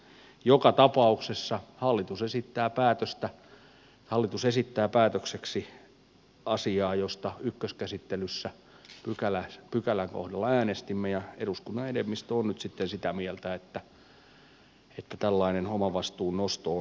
joka tapauksessa hallitus esittää päätökseksi asiaa josta ykköskäsittelyssä pykälän kohdalla äänestimme ja eduskunnan enemmistö on nyt sitten sitä mieltä että tällainen omavastuun nosto on mahdollinen